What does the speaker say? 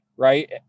right